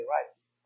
rights